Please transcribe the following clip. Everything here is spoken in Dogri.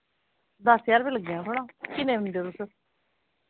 दस ज्हार रपेआ लग्गी जाना थोआड़ा किन्ने बंदे ओ तुस